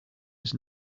was